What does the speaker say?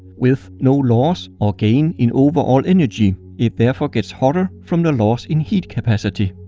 with no loss or gain in overall energy, it therefore gets hotter from the loss in heat capacity.